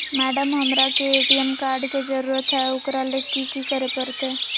Madam, हमरा के ATM card के जरूरत है ऊकरा ले की की करे परते?